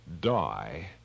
die